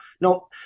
no